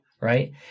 right